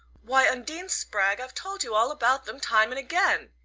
why, undine spragg, i've told you all about them time and again!